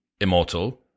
immortal